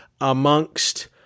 amongst